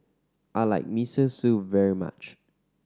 I like Miso Soup very much